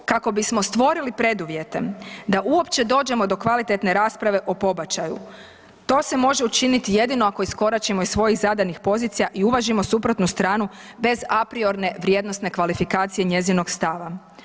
Kako bismo stvorili preduvjete da uopće dođemo do kvalitetne rasprave o pobačaju to se može učiniti jedino ako iskoračimo iz svojih zadanih pozicija i uvažimo suprotnu stranu bez a priorne vrijednosne kvalifikacije njezinog stava.